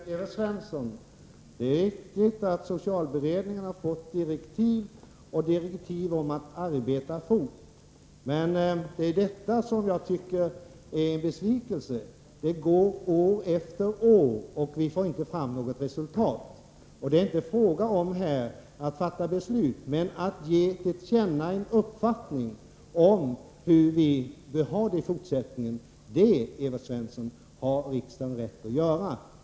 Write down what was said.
Fru talman! Jag vill säga till Evert Svensson att det är riktigt att socialberedningen har fått direktiv om att arbeta fort. Men det är just detta som jag tycker är en besvikelse. Det går år efter år utan att vi får fram något resultat. Det är här inte fråga om att fatta beslut utan att ge till känna en uppfattning om hur vi vill ha det i fortsättningen. Det, Evert Svensson, har riksdagen rätt att göra.